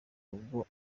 rugo